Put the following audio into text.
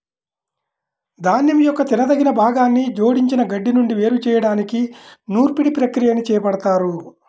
ధాన్యం యొక్క తినదగిన భాగాన్ని జోడించిన గడ్డి నుండి వేరు చేయడానికి నూర్పిడి ప్రక్రియని చేపడతారు